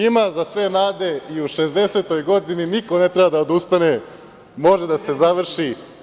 Ima za sve nade i u 60 godini, niko ne treba da odustane, može da se završi.